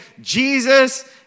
Jesus